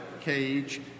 cage